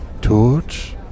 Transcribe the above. Torch